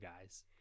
guys